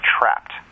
trapped